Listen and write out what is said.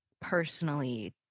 personally